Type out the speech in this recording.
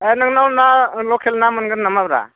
ए नोंनाव ना लखेल ना मोनगोन नामा ब्रा